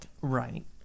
Right